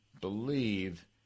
believe